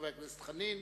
חבר הכנסת חנין,